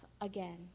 again